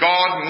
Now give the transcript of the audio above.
God